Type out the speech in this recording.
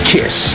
Kiss